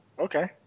Okay